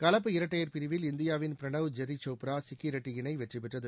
கலப்பு இரட்டையர் பிரிவில் இந்தியாவின் பிரணவ் ஜெரிசோப்ரா சிக்கி ரெட்டி இணை வெற்றிபெற்றது